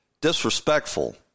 disrespectful